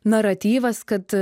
naratyvas kad